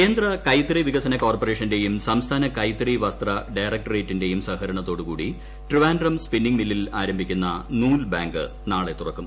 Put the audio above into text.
ജയരാജൻ കേന്ദ്ര കൈത്തറി വികസന കോർപറേഷന്റെയും സംസ്ഥാന കൈത്തറി വസ്ത്ര ഡയറക്ടറേറ്റിന്റെയും സഹകരണത്തോടുകൂടി ട്രിവാൻഡ്രം സ്പിന്നിങ്ങ് മില്ലിൽ ആരംഭിക്കുന്ന നൂൽ ബാങ്ക് നാളെ തുറക്കും